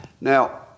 Now